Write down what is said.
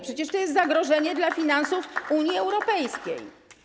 Przecież to jest zagrożenie dla finansów Unii Europejskiej.